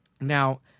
Now